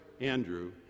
Andrew